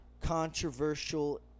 controversial